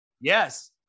Yes